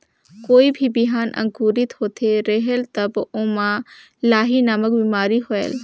कोई भी बिहान अंकुरित होत रेहेल तब ओमा लाही नामक बिमारी होयल?